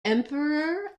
emperor